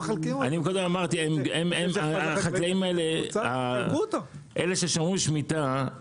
מקודם אמרתי שהחקלאים ששומרים שמיטה,